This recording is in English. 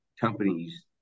companies